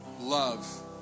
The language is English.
love